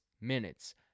minutes